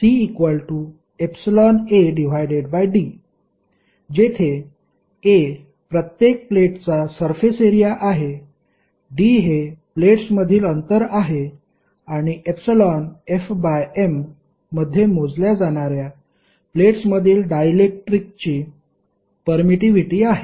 CϵAd जेथे A प्रत्येक प्लेटचा सर्फेस एरिया आहे d हे प्लेट्समधील अंतर आहे आणि Fm मध्ये मोजल्या जाणाऱ्या प्लेट्समधील डायलेक्ट्रिकची परमिटिव्हिटी आहे